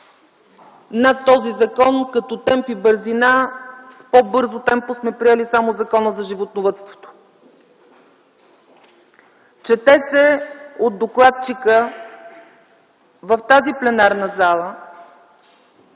този закон като темп и бързина, с по-бързо темпо сме приели само Закона за животновъдството. Чете се от докладчика в тази пленарна зала,